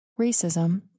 racism